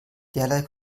derlei